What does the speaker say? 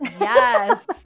yes